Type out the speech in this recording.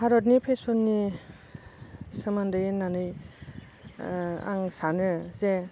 भारतनि फेसननि सोमोन्दै होननानै आं सानो जे